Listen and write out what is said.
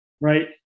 right